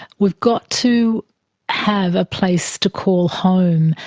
we've got to have a place to call home,